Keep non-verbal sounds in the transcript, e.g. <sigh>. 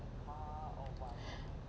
<breath>